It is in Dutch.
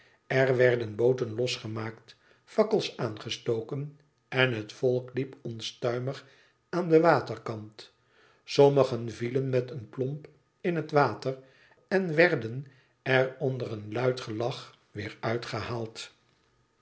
r werden booten losgemaakt fakkels aangestoken en het volk liep onstuimig aan den waterkant sommigen vielen met een plomp in het water en werden er onder een luid gelach weer uitgehaald